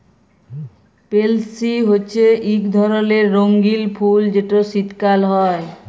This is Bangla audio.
পেলসি হছে ইক ধরলের রঙ্গিল ফুল যেট শীতকাল হ্যয়